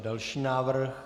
Další návrh.